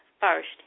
first